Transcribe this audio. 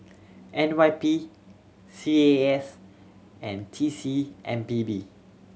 N Y P C A A S and T C M P B